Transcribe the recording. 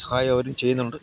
സഹായം അവരും ചെയ്യുന്നുണ്ട്